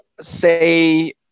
say